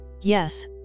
Yes